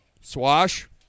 Swash